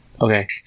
okay